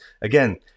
again